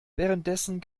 währenddessen